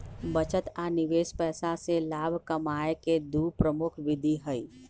बचत आ निवेश पैसा से लाभ कमाय केँ दु प्रमुख विधि हइ